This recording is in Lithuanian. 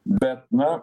bet na